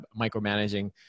micromanaging